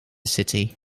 city